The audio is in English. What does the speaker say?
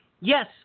Yes